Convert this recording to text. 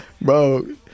bro